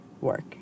work